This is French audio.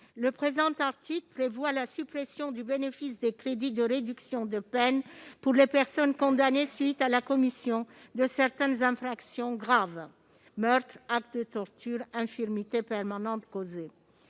n° 115. L'article 23 prévoit la suppression du bénéfice des crédits de réduction de peine pour les personnes condamnées à la suite de la commission de certaines infractions graves : meurtres, actes de torture, actes ayant conduit